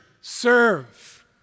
serve